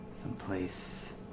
someplace